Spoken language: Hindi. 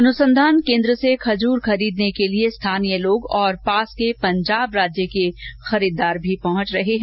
अनुसंधान केन्द्र से खजूर खरीदने के लिए स्थानीय लोग और पास के पंजाब राज्य के खरीददार भी पहुंच रहे है